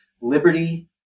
liberty